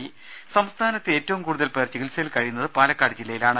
രുമ സംസ്ഥാനത്ത് ഏറ്റവും കൂടുതൽ പേർ ചികിത്സയിൽ കഴിയുന്നത് പാലക്കാട് ജില്ലയിലാണ്